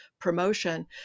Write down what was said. promotion